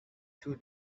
two